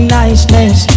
niceness